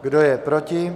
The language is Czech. Kdo je proti?